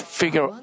figure